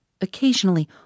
occasionally